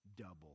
double